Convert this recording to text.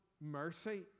mercy